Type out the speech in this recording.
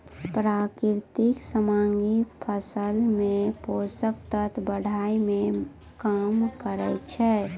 प्राकृतिक सामग्री फसल मे पोषक तत्व बढ़ाय में काम करै छै